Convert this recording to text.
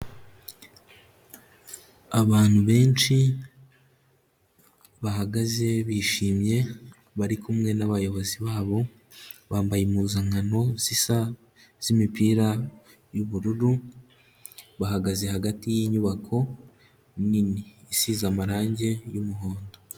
Abantu benshi bahagaze bishimye bari kumwe n'abayobozi babo, bambaye impuzankano zisa z'imipira y'ubururu, bahagaze hagati y'inyubako nini isize amarange y'umuhondo.